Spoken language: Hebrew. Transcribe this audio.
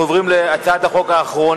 אנחנו עוברים להצעת החוק האחרונה